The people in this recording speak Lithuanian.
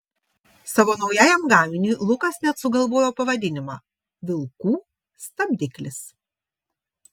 savo naujajam gaminiui lukas net sugalvojo pavadinimą vilkų stabdiklis